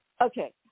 Okay